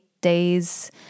days